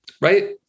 Right